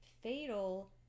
fatal